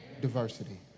diversity